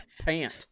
pant